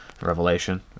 Revelation